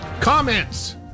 Comments